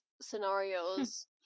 scenarios